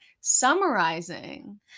summarizing